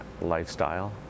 lifestyle